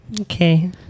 Okay